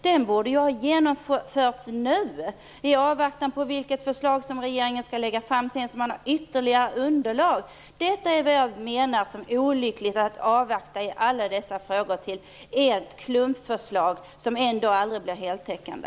Den borde ju ha genomförts nu, i avvaktan på vilket förslag regeringen skall lägga fram sedan. Då hade man haft ytterligare underlag. Det är vad jag menar. Det är olyckligt att avvakta i alla dessa frågor till dess att det kommer ett klumpförslag som ändå aldrig blir heltäckande.